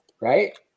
Right